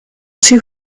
too